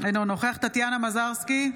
אינו נוכח טטיאנה מזרסקי,